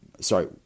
Sorry